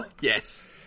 Yes